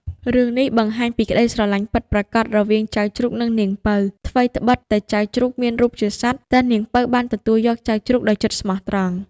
រឿងនេះបង្ហាញពីក្ដីស្រឡាញ់ពិតប្រាកដរវាងចៅជ្រូក និងនាងពៅ ថ្វីត្បិតតែចៅជ្រូកមានរូបជាសត្វ តែនាងពៅបានទទួលយកចៅជ្រូកដោយចិត្តស្មោះត្រង់។